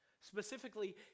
Specifically